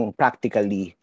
practically